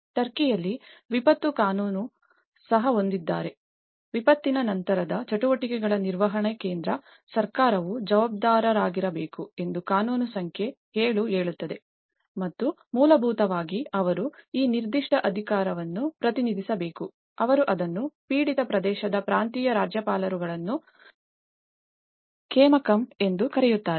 ಟರ್ಕಿಯಲ್ಲಿ ವಿಪತ್ತು ಕಾನೂನನ್ನು ಸಹ ಹೊಂದಿದ್ದಾರೆ ವಿಪತ್ತಿನ ನಂತರದ ಚಟುವಟಿಕೆಗಳ ನಿರ್ವಹಣೆಗೆ ಕೇಂದ್ರ ಸರ್ಕಾರವು ಜವಾಬ್ದಾರರಾಗಿರಬೇಕು ಎಂದು ಕಾನೂನು ಸಂಖ್ಯೆ 7 ಹೇಳುತ್ತದೆ ಮತ್ತು ಮೂಲಭೂತವಾಗಿ ಅವರು ಈ ನಿರ್ದಿಷ್ಟ ಅಧಿಕಾರವನ್ನು ಪ್ರತಿನಿಧಿಸಬೇಕು ಅವರು ಅದನ್ನು ಪೀಡಿತ ಪ್ರದೇಶದ ಪ್ರಾಂತೀಯ ರಾಜ್ಯಪಾಲರುಗಳನ್ನು ಕೇಮಕಮ್ ಎಂದು ಕರೆಯುತ್ತಾರೆ